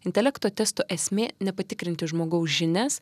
intelekto testo esmė ne patikrinti žmogaus žinias